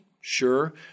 Sure